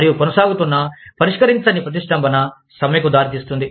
మరియు కొనసాగుతున్న పరిష్కరించని ప్రతిష్టంభన సమ్మెకు దారితీస్తుంది